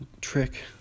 trick